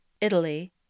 Italy